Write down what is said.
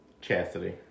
Chastity